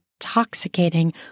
intoxicating